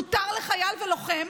מותר לחייל ולוחם